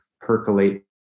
percolate